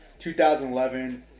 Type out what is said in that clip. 2011